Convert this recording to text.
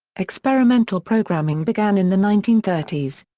experimental programming began in the nineteen thirty s.